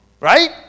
right